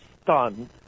stunned